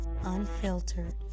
unfiltered